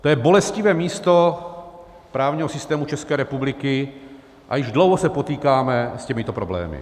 To je bolestivé místo právního systému České republiky a již dlouho se potýkáme s těmito problémy.